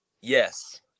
Yes